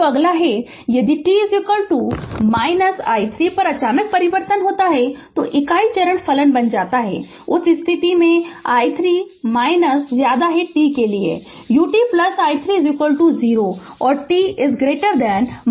Refer Slide Time 2836 तो अगला यह है कि यदि t i 3 पर अचानक परिवर्तन होता है तो इकाई चरण फलन बन जाता है उस स्थिति में यह t i 3 के लिए u t i 3 0 और t i 3 के लिए 1 होता है